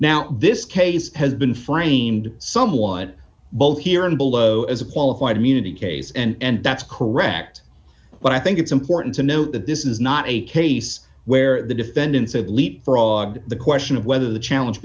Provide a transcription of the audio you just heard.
now this case has been framed somewhat both here and below as a qualified immunity case and that's correct but i think it's important to note that this is not a case where the defendant said leapfrog the question of whether the challenge